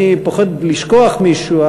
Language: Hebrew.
אני פוחד לשכוח מישהו,